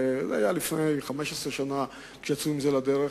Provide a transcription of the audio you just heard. זה היה לפני 15 שנה כשיצאו עם זה לדרך,